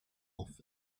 off